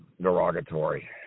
derogatory